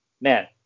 man